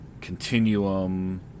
Continuum